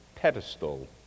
Pedestal